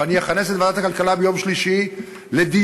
ואני אכנס את ועדת הכלכלה ביום שלישי לדיון,